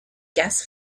gas